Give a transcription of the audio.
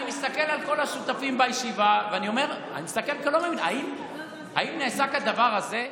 אני מסתכל על כל השותפים בישיבה ואני אומר: האם נעשה כדבר הזה?